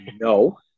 no